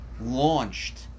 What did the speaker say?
launched